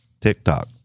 TikTok